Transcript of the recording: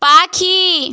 পাখি